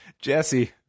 Jesse